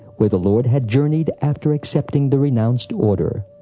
where the lord had journeyed after accepting the renounced order.